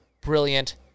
brilliant